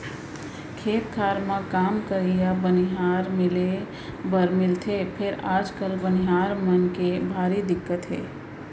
खेत खार म काम करइया बनिहार मिले बर मिलथे फेर आजकाल बनिहार मन के भारी दिक्कत हे